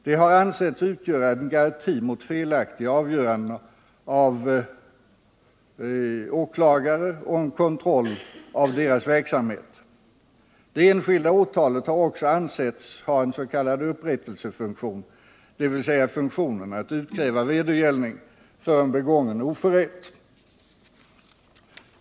De har ansetts utgöra en garanti mot felaktiga avgöranden av åklagare och en kontroll av deras verksamhet. Det enskilda åtalet har också ansetts ha en s.k. upprättelsefunktion, dvs. funktionen att utkräva vedergällning för en oförrätt.